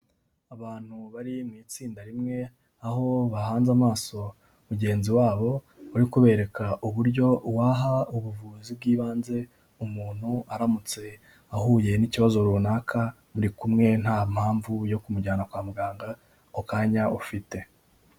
Abantu bari mu itsinda rimwe, aho bahanze amaso mugenzi wabo uri kubereka uburyo waha ubuvuzi bw'ibanze umuntu aramutse ahuye n'ikibazo runaka muri kumwe nta mpamvu yo kumujyana kwa muganga ako kanya ufite.